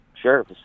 Sure